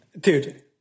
Dude